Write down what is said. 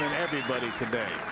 everybody today.